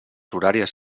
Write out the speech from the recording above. horàries